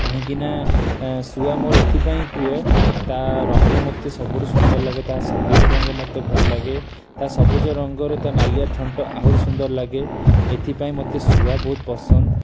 କାହିଁକିନା ଏଁ ଶୁଆ ମୋର ଏଥିପାଇଁ ପ୍ରିୟ ତା ରଙ୍ଗ ମୋତେ ସବୁଠୁ ସୁନ୍ଦର ଲାଗେ ତା ସବୁଜରଙ୍ଗ ମୋତେ ଭଲଲାଗେ ତା ସବୁଜ ରଙ୍ଗରେ ତା ନାଲିଆଥଣ୍ଟ ଆହୁରି ସୁନ୍ଦରଲାଗେ ଏଥିପାଇଁ ମୋତେ ଶୁଆ ବହୁତ ପସନ୍ଦ